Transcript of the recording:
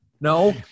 no